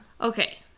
Okay